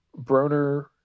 Broner